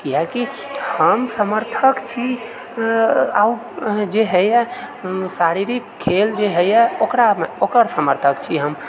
किआकि हम समर्थक छी जे होइए शारीरिक खेल जे होइए ओकरा ओकर समर्थक छी हम